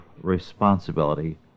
responsibility